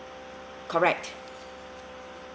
correct